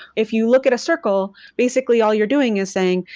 if you look at a circle, basically all you're doing is saying,